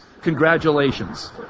Congratulations